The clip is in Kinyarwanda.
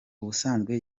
ubusanzwe